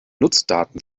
nutzdaten